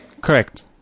Correct